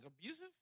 abusive